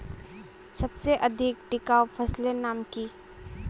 सबसे अधिक टिकाऊ फसलेर नाम की?